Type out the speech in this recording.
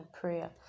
prayer